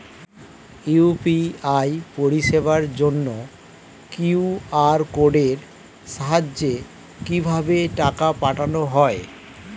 UPI পরিষেবার জন্য QR কোডের সাহায্যে কিভাবে টাকা পাঠানো হয়?